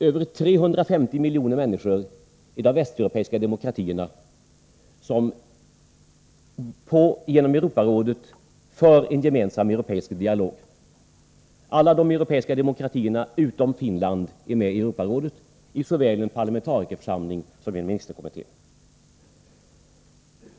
Över 350 miljoner människor i de västeuropeiska demokratierna för genom Europarådet en gemensam europeisk dialog. Alla de europeiska demokratierna, utom Finland, är med i Europarådet, såväl i parlamentarikerförsamlingen som i ministerkommittén.